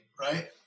right